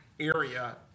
area